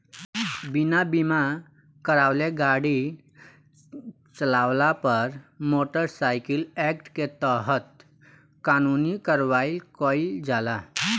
बिना बीमा करावले गाड़ी चालावला पर मोटर साइकिल एक्ट के तहत कानूनी कार्रवाई कईल जाला